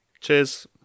cheers